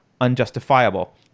unjustifiable